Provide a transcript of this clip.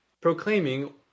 proclaiming